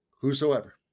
Whosoever